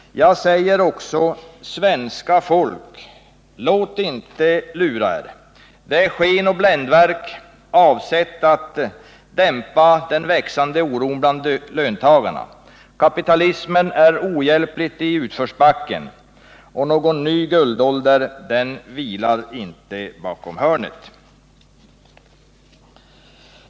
Jag säger också: Svenska folk, låt inte lura er! Det är sken och bländverk, avsett att dämpa den växande oron bland löntagarna. Kapitalismen är ohjälpligt i utförsbacken, och någon ny guldålder väntar inte bakom hörnet.